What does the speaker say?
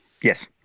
Yes